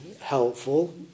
helpful